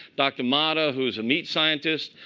dr. mata, who's a meat scientist.